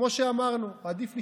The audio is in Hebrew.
כמו שאמרנו, עדיף לשתוק,